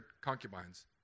concubines